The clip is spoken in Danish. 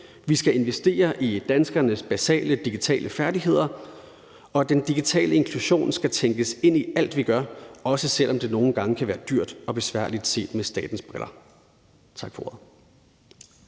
vi skal investere i danskernes basale digitale færdigheder, og den digitale inklusion skal tænkes ind i alt, vi gør, også selv om det nogle gange kan være dyrt og besværligt set med statens briller. Tak for ordet.